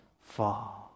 fall